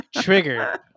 Trigger